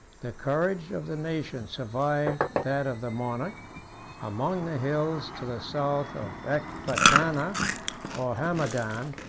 the courage of the nation survived that of the monarch among the hills to the south of ecbatana or hamadan,